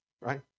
Right